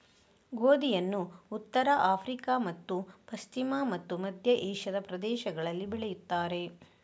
ಗೋಧಿಯನ್ನು ಉತ್ತರ ಆಫ್ರಿಕಾ ಮತ್ತು ಪಶ್ಚಿಮ ಮತ್ತು ಮಧ್ಯ ಏಷ್ಯಾದ ಪ್ರದೇಶಗಳಲ್ಲಿ ಬೆಳೆಯುತ್ತಾರೆ